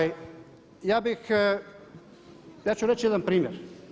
Ja bih, ja ću reći jedan primjer.